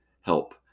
help